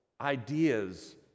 ideas